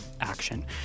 action